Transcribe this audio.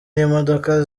n’imodoka